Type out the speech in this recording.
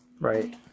right